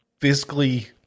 physically